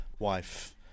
wife